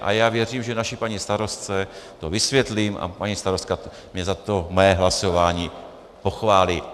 A já věřím, že to naší paní starostce vysvětlím a paní starostka mě za to moje hlasování pochválí.